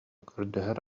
көрдөһөр